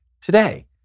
today